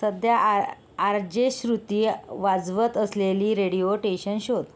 सध्या R R J Shruti वाजवत असलेली रेडियो टेशन शोध